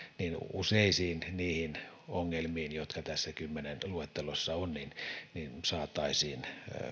niin useisiin niihin ongelmiin jotka tässä kymmenen luettelossa ovat saataisiin